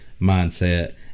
mindset